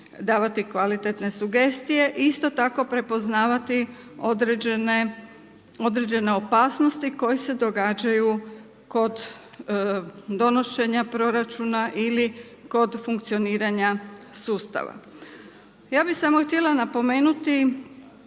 kvalitetne sugestije, isto tako prepoznavati određene opasnosti koje se događaju kod donošenja proračuna ili kod funkcioniranja sustava. Ja bih samo htjela napomenuti